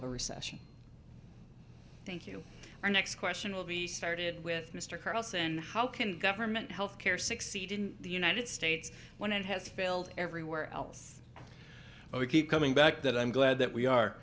of a recession thank you our next question will be started with mr carlson how can government health care succeed in the united states when it has failed everywhere else well we keep coming back that i'm glad that we are